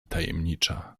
tajemnicza